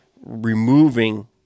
removing